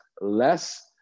less